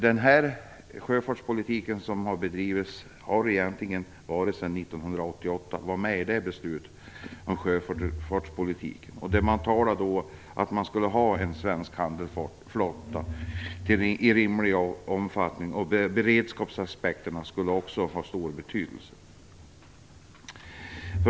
Den sjöfartspolitik som bedrivs har varit med sedan 1988. Det fattades beslut om den då. Man talade om att man skulle ha en svensk handelsflotta i rimlig omfattning. Beredskapsaspekterna skulle också ha stor betydelse.